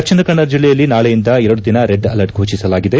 ದಕ್ಷಿಣ ಕನ್ನಡ ಜಲ್ಲೆಯಲ್ಲಿ ನಾಕೆಯಿಂದ ಎರಡು ದಿನ ರೆಡ್ ಅಲರ್ಟ್ ಫೋಷಿಸಲಾಗಿದೆ